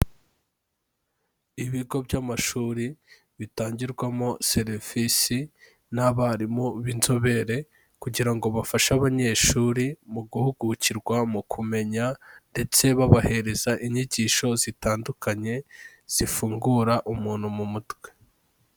Ibigo by'amashuri bitangirwamo serivisi n'abarimu b'inzobere kugira ngo bafashe abanyeshuri mu guhugukirwa mu kumenya ndetse babahereza inyigisho zitandukanye zifungura umuntu mu mutwe.